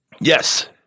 Yes